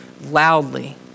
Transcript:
loudly